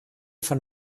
von